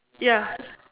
ya